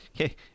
Okay